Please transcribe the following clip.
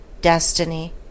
Destiny